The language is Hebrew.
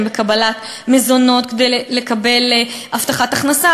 לקבלת מזונות כדי לקבל הבטחת הכנסה,